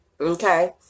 Okay